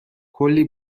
کلی